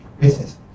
business